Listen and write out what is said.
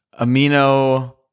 amino